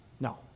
No